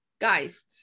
guys